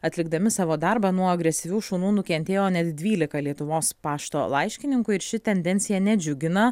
atlikdami savo darbą nuo agresyvių šunų nukentėjo net dvylika lietuvos pašto laiškininkų ir ši tendencija nedžiugina